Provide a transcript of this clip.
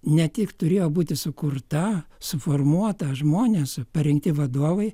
ne tik turėjo būti sukurta suformuota žmonės parengti vadovai